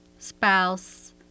spouse